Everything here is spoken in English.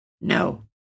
No